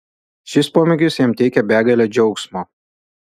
šis pomėgis jam teikia begalę džiaugsmo